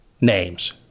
names